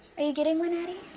are you getting one, addie?